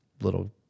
little